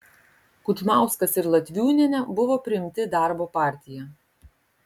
kudžmauskas ir latviūnienė buvo priimti į darbo partiją